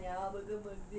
mm